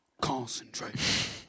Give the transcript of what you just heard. Concentrate